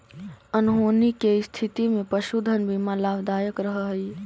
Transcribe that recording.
अनहोनी के स्थिति में पशुधन बीमा लाभदायक रह हई